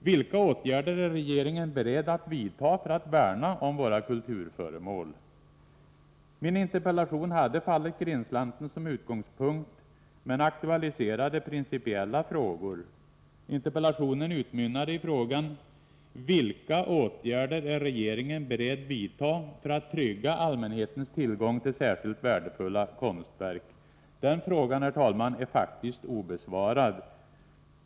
Vilka åtgärder är regeringen beredd att vidta för att värna om våra kulturföremål? Min interpellation hade fallet Grindslanten som utgångspunkt, men aktualiserade principiella frågor. Interpellationen utmynnade i frågan: Vilka åtgärder är regeringen beredd att vidta för att trygga allmänhetens tillgång till särskilt värdefulla konstverk? Den frågan, herr talman, är faktiskt obesvarad.